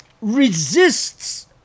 resists